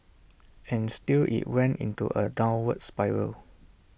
and still IT went into A downward spiral